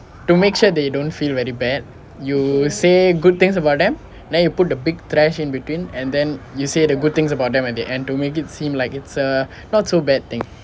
to make sure they don't feel very bad you say good things about them then you put the big thrash in between and then you say the good things about them in the end to make it seem like it's err not so bad thing